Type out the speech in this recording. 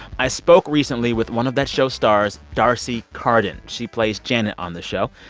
i spoke recently with one of that show's stars, d'arcy carden. she plays janet on the show.